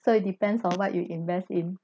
so it depends on what you invest in